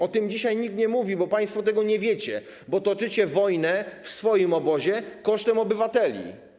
O tym dzisiaj nikt nie mówi, bo państwo tego nie wiecie, bo toczycie wojnę w swoim obozie kosztem obywateli.